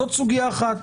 זאת סוגיה אחת.